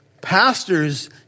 Pastors